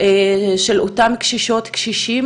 של אותם קשישות וקשישים,